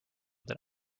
that